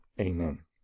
amen